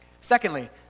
Secondly